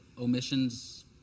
omissions